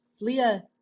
Leah